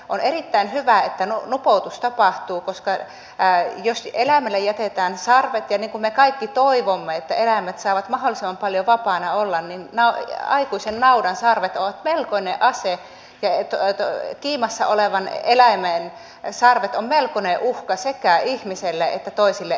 on erittäin hyvä että nupoutus tapahtuu koska jos eläimelle jätetään sarvet ja me kaikki toivomme että eläimet saavat mahdollisimman paljon vapaana olla niin aikuisen naudan sarvet ovat melkoinen ase ja kiimassa olevan eläimen sarvet ovat melkoinen uhka sekä ihmiselle että toisille eläimille